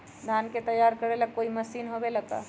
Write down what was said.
धान के तैयार करेला कोई मशीन होबेला का?